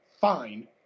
fine